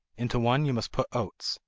into one you must put oats,